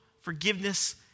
forgiveness